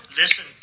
listen